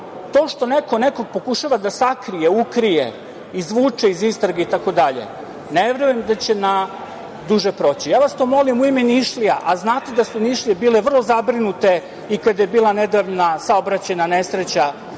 To što neko nekog pokušava da sakrije, ukrije, izvuče iz istrage, itd., ne verujem da će na duže proći. Ja vas to molim u ime Nišlija, a znate da su Nišlije bile vrlo zabrinute i kada je bila nedavna saobraćajna nesreća